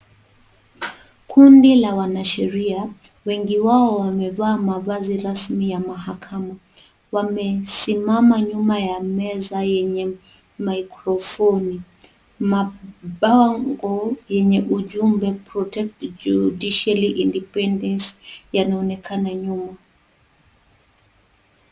Kundi la wanasheria wengi wao wamevaa mavazi rasmi ya mahakama ,wamesimama nyuma ya meza yenye mikrofoni , mabango yenye ujumbe Protect Judiciary Independence yanaonekana nyuma.